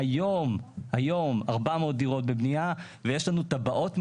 היום 400 דירות בבנייה ויש לנו טבעות מאושרות,